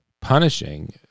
punishing